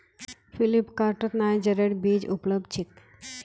फ्लिपकार्टत नाइजरेर बीज उपलब्ध छेक